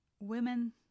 Women